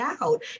out